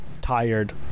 tired